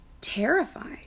terrified